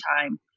time